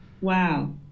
wow